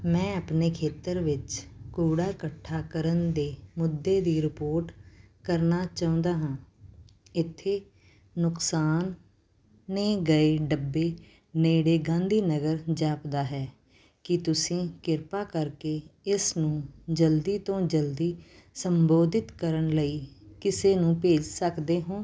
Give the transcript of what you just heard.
ਮੈਂ ਆਪਣੇ ਖੇਤਰ ਵਿੱਚ ਕੂੜਾ ਇਕੱਠਾ ਕਰਨ ਦੇ ਮੁੱਦੇ ਦੀ ਰਿਪੋਰਟ ਕਰਨਾ ਚਾਹੁੰਦਾ ਹਾਂ ਇੱਥੇ ਨੁਕਸਾਨੇ ਗਏ ਡੱਬੇ ਨੇੜੇ ਗਾਂਧੀ ਨਗਰ ਜਾਪਦਾ ਹੈ ਕੀ ਤੁਸੀਂ ਕਿਰਪਾ ਕਰਕੇ ਇਸ ਨੂੰ ਜਲਦੀ ਤੋਂ ਜਲਦੀ ਸੰਬੋਧਿਤ ਕਰਨ ਲਈ ਕਿਸੇ ਨੂੰ ਭੇਜ ਸਕਦੇ ਹੋ